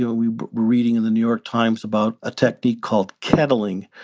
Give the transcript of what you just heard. you know we're reading in the new york times about a technique called kettling,